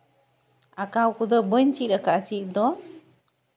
ᱟᱸᱠᱟᱣ ᱠᱚᱫᱚ ᱵᱟᱹᱧ ᱪᱮᱫ ᱟᱠᱟᱫᱟ ᱪᱮᱫ ᱫᱚ